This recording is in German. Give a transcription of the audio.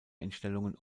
einstellungen